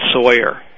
Sawyer